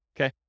Okay